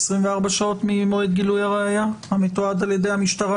24 שעות ממועד גילוי הראיה המתועד על ידי המשטרה,